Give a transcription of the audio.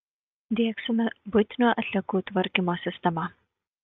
diegsime buitinių atliekų tvarkymo sistemą